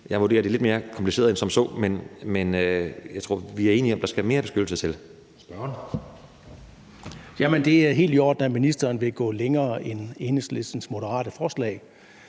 Jeg vurderer, at det er lidt mere kompliceret end som så, men jeg tror, vi er enige om, at der skal mere beskyttelse til.